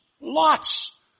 Lots